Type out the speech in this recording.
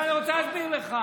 עכשיו, אני רוצה להסביר לך: